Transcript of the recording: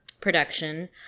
production